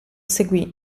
seguì